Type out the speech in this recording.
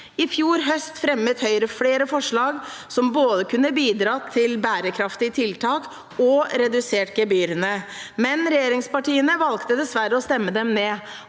I fjor høst fremmet Høyre flere forslag som både kunne bidratt til bærekraftige tiltak og redusert gebyrene, men regjeringspartiene valgte dessverre å stemme dem ned.